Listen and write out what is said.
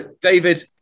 David